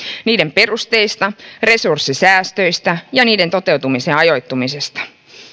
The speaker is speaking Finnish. niiden perusteista resurssisäästöistä ja niiden toteutumisen ajoittumisesta